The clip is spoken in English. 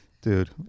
Dude